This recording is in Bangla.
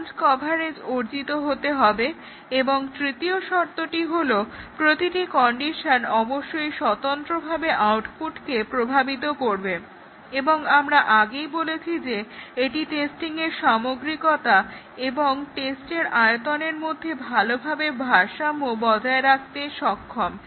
ব্রাঞ্চ কভারেজ অর্জিত হতে হবে এবং তৃতীয় শর্তটি হলো প্রতিটি কন্ডিশন অবশ্যই স্বতন্ত্রভাবে ডিসিশনের আউটপুটকে প্রভাবিত করবে এবং আমরা আগেই বলেছি যে এটি টেস্টিংয়ের সামগ্রিকতা এবং টেস্টের আয়তনের মধ্যে ভালোভাবে ভারসাম্য বজায় রাখতে সক্ষম